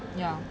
ya